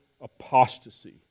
apostasy